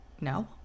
No